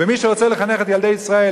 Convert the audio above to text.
ומי שרוצה לחנך את ילדי ישראל,